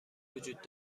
وجود